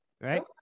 right